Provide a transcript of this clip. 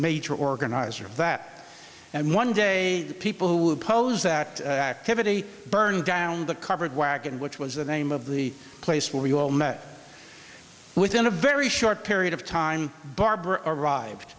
major organizer of that and one day the people who oppose that activity burned down the covered wagon which was the name of the place where you all met within a very short period of time barbara arrived